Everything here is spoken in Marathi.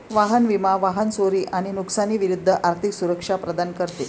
वाहन विमा वाहन चोरी आणि नुकसानी विरूद्ध आर्थिक सुरक्षा प्रदान करते